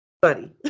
buddy